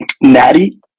Natty